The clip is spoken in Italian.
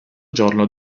giorno